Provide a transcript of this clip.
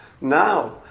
now